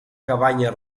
cabanya